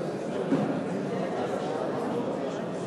הסכם בין